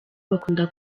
bakunda